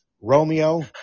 Romeo